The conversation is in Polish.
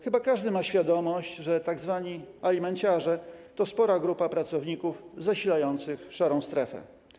Chyba każdy ma świadomość, że tzw. alimenciarze to spora grupa pracowników zasilających szarą strefę.